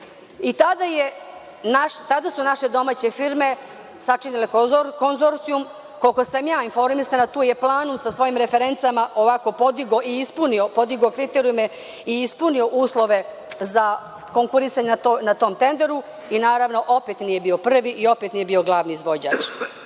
tada su naše domaće firme sačinile konzorcijum, koliko sam ja informisana tu je „Planum“ sa svojim referencama podigao i ispunio, podigao kriterijume i ispunio uslove za konkurisanje na tom tenderu i naravno opet nije bio prvi i opet nije bio glavni